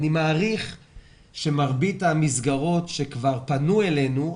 אני מעריך שמרבית המסגרות שכבר פנו אלינו,